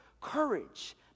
Courage